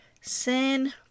Sin